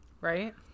Right